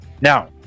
now